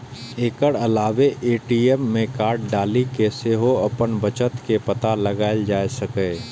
एकर अलावे ए.टी.एम मे कार्ड डालि कें सेहो अपन बचत के पता लगाएल जा सकैए